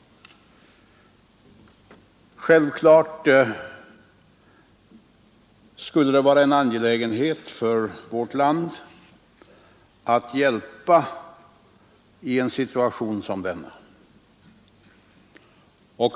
Självfallet skulle det vara en angelägenhet för vårt land att hjälpa i en situation som denna.